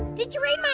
did you read